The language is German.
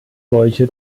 solche